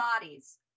bodies